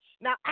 Now